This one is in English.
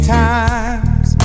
times